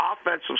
offensive